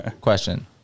Question